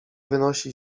wynosi